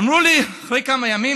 אמרו לי אחרי כמה ימים,